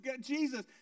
Jesus